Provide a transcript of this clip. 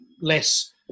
less